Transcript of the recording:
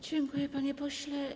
Dziękuję, panie pośle.